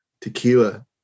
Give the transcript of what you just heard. Tequila